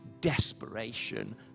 desperation